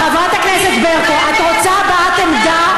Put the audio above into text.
סליחה, חברת הכנסת ברקו, את רוצה הבעת עמדה?